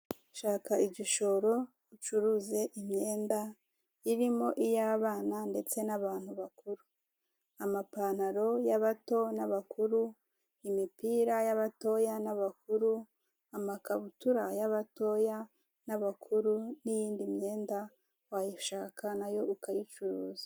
Shaka igishoro ucuruze imyenda irimo iy'abana ndetse n'abantu bakuru. Amapantaro y'abato n'abakuru, imipira y'abatoya n'abakuru, amakabutura y'abatoya n'abakuru, n'iyindi myenda wayishaka nayo ukayicuruza.